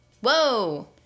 Whoa